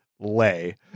lay